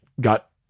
got